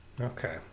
Okay